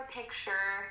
picture